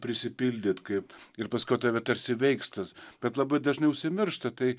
prisipildyt kaip ir paskui tave tarsi veiks tas bet labai dažnai užsimiršta tai